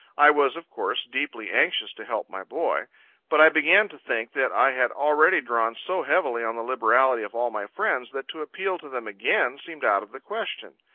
i was, of course, deeply anxious to help my boy but i began to think that i had already drawn so heavily on the liberality of all my friends, that to appeal to them again seemed out of the question.